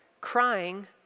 Crying